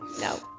No